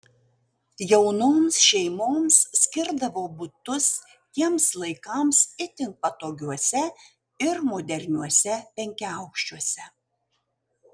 jaunoms šeimoms skirdavo butus tiems laikams itin patogiuose ir moderniuose penkiaaukščiuose